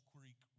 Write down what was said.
Creek